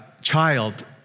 child